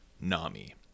Nami